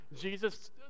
Jesus